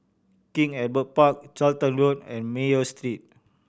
King Albert Park Charlton Road and Mayo Street